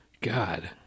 God